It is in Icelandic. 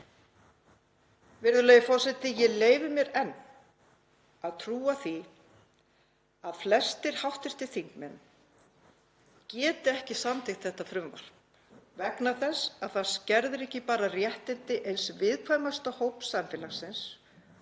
Virðulegur forseti. Ég leyfi mér enn að trúa því að flestir hv. þingmenn geti ekki samþykkt þetta frumvarp vegna þess að það skerðir ekki bara réttindi eins viðkvæmasta hóps samfélagsins